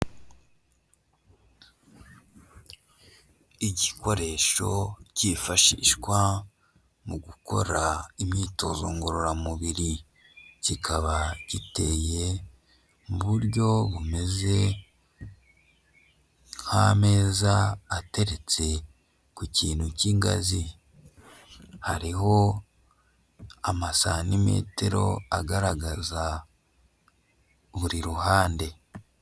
Igikoresho cyifashishwa mu gukora imyitozo ngororamubiri, kikaba giteye mu buryo bumeze nk'ameza ateretse ku kintu cy'ingazi. Hariho amasantimetero agaragaza buri ruhande.